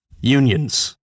Unions